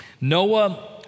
Noah